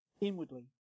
inwardly